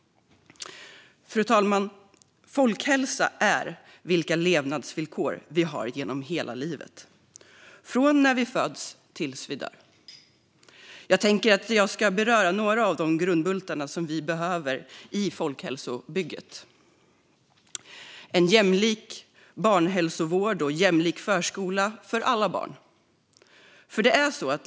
Fru talman! Folkhälsa är vilka levnadsvillkor vi har genom hela livet från när vi föds tills vi dör. Jag tänker att jag ska beröra några av de grundbultar vi behöver i folkhälsobygget. Det handlar om en jämlik barnhälsovård och jämlik förskola för alla barn.